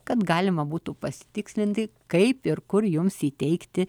kad galima būtų pasitikslinti kaip ir kur jums įteikti